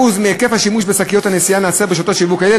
מהיקף השימוש בשקיות הנשיאה נעשה ברשתות שיווק אלה.